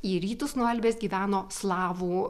į rytus nuo elbės gyveno slavų